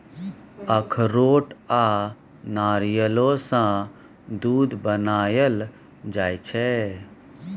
अखरोट आ नारियलो सँ दूध बनाएल जाइ छै